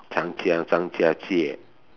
Changjiang Zhangjiajie